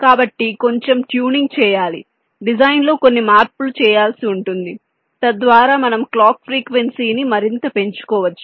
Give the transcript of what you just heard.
కాబట్టి కొంచెం ట్యూనింగ్ చేయాలి డిజైన్లో కొన్ని మార్పులు చేయవలసి ఉంటుంది తద్వారా మనము క్లాక్ ఫ్రీక్వెన్సీని మరింత పెంచుకోవచ్చు